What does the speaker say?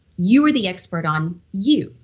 you are the expert on you,